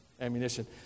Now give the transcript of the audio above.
ammunition